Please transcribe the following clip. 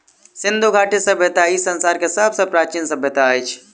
सिंधु घाटी सभय्ता ई संसार के सब सॅ प्राचीन सभय्ता अछि